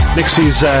Nixie's